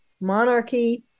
monarchy